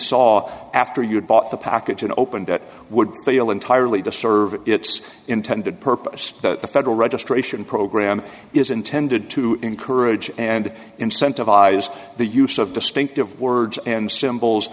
saw after you had bought the package and opened it would feel entirely to serve its intended purpose that the federal registration program is intended to encourage and incentivize the use of distinctive words and symbols